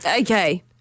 Okay